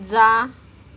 जा